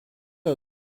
are